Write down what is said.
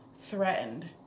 threatened